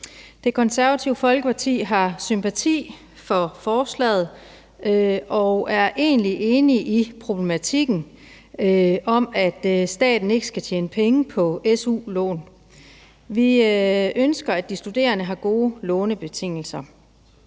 Det Konservative Folkeparti har sympati for forslaget og er egentlig enig i problematikken om, at staten ikke skal tjene penge på su-lån. Vi ønsker, at de studerende har gode lånebetingelser,